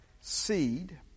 seed